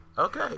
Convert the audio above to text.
Okay